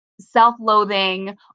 self-loathing